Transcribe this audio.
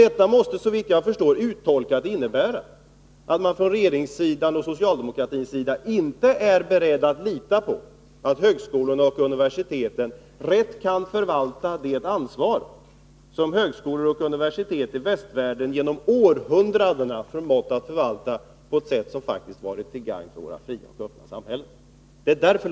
Detta måste, såvitt jag förstår, uttolkat innebära att man från regeringens och socialdemokratins sida inte är beredd att när det gäller högskolorna och universiteten lita på att de rätt kan förvalta det ansvar som universitetet och högskolor i västvärlden genom århundraden förmått att förvalta på ett sätt som varit till gagn för vårt fria och öppna samhälle.